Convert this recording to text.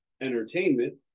entertainment